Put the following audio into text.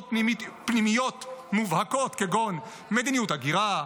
פנימיות מובהקות כגון מדיניות הגירה,